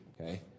Okay